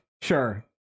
Sure